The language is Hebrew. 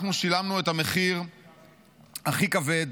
אנחנו שילמנו את המחיר הכי כבד,